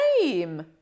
name